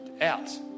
out